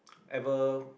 ever